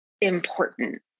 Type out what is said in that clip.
important